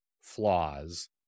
flaws